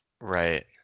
Right